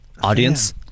audience